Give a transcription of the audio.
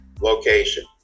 location